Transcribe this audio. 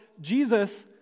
Jesus